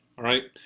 alright.